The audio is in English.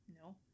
no